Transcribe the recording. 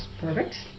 Perfect